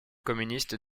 communistes